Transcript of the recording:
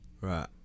Right